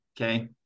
okay